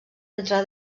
entre